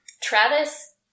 Travis